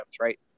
right